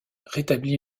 rétablit